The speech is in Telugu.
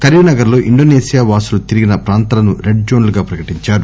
కరీంనగర్ లో ఇండోనేషియా వాసులు తిరిగిన ప్రాంతాలను రెడ్ జోన్లుగా ప్రకటించారు